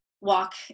walk